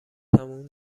تموم